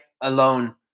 alone